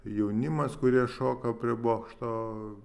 jaunimas kurie šoka prie bokšto